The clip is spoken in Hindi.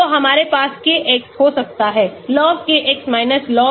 तो हमारे पास Kx हो सकता है log Kx log K0